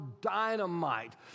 dynamite